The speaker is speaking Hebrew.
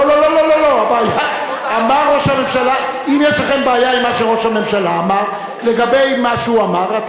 לא, חס וחלילה, הם